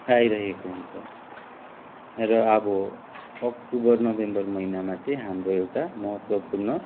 आइरहेको हुन्छ र अब अक्टोबर नोभेम्बर महिनामा चाहिँ हाम्रो एउटा महत्त्वपूर्ण